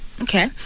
Okay